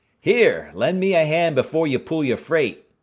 here, lend me a hand before you pull your freight,